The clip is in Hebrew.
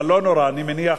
אבל לא נורא, אני מניח.